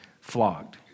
flogged